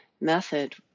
method